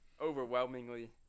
overwhelmingly